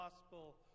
gospel